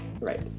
Right